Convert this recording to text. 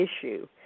issue